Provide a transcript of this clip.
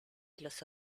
los